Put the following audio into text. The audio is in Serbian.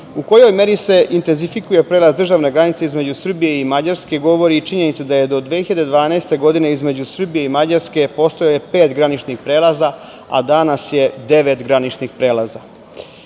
U kojoj meri se intenzifikuje prelaz državne granice između Srbije i Mađarske govori i činjenica da je do 2012. godine između Srbije i Mađarske postojali pet graničnih prelaza, a danas je devet graničnih